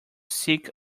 sick